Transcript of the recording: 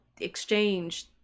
exchange